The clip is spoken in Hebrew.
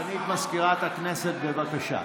סגנית מזכירת הכנסת, בבקשה.